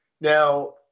Now